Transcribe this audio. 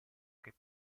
che